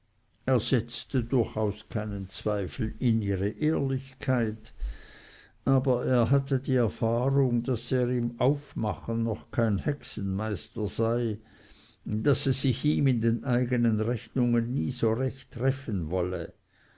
er setzte durchaus keinen zweifel in ihre ehrlichkeit aber er hatte die erfahrung daß er im aufmachen noch kein hexenmeister sei daß es sich ihm in den eigenen rechnungen nie so recht treffen wollte